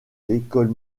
l’école